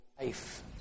life